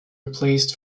replaced